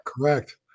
correct